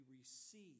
receive